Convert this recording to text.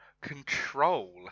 Control